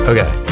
Okay